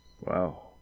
Wow